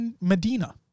Medina